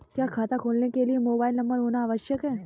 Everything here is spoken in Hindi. क्या खाता खोलने के लिए मोबाइल नंबर होना आवश्यक है?